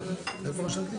בוקר טוב לכולם.